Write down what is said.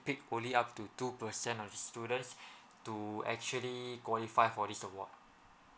pick only up two percent of the students to actually qualify for this award